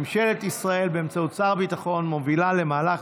ממשלת ישראל באמצעות שר הביטחון מובילה למהלך